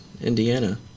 Indiana